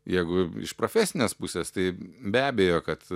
jeigu iš profesinės pusės tai be abejo kad